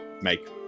make